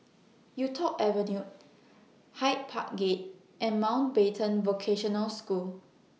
Yuk Tong Avenue Hyde Park Gate and Mountbatten Vocational School